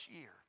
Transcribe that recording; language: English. year